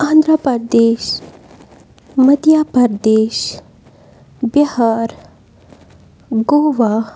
Andhra Pradesh Madhya Pradesh Bihar Goa